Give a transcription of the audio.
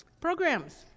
Programs